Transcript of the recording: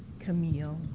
camille,